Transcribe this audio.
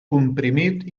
comprimit